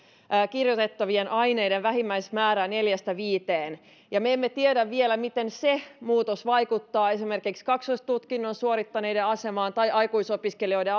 kirjoitettavien aineiden vähimmäismäärä neljästä viiteen me emme tiedä vielä miten se muutos vaikuttaa esimerkiksi kaksoistutkinnon suorittaneiden asemaan tai aikuisopiskelijoiden